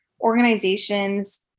organizations